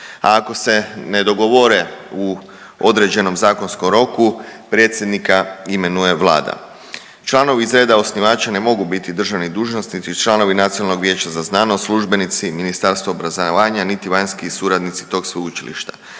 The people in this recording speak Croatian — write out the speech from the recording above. A ako se ne dogovore u određenom zakonskom roku predsjednika imenuje vlada. Članovi iz reda osnivača ne mogu biti državni dužnosnici i članovi nacionalnog vijeća za znanost, službenici Ministarstva obrazovanja niti vanjski suradnici tog sveučilišta